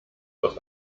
aus